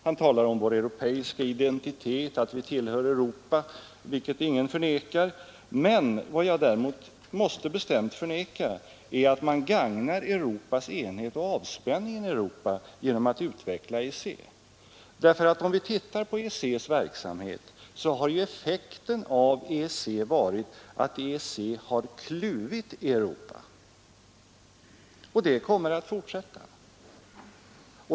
Han talade om vår europeiska identitet och 12 december 1972 sade att vi tillhör Europa — vilket ingen förnekar — men vad jag däremot -— måste bestämt förneka är att man skulle gagna Europas enighet och Avtal med EEC, avspänningen i Europa genom att utveckla EEC. Om vi granskar EEC:s svanken verksamhet finner vi nämligen att effekten av EEC har varit att EEC har kluvit Europa och det kommer att fortsätta!